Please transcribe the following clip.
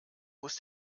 muss